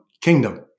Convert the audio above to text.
kingdom